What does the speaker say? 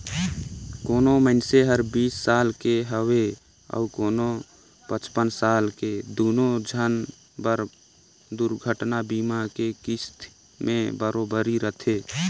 कोनो मइनसे हर बीस साल के हवे अऊ कोनो पचपन साल के दुनो झन बर दुरघटना बीमा के किस्त में बराबरी रथें